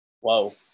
Whoa